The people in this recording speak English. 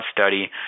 study